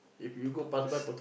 Potong Pasir